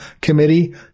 Committee